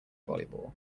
volleyball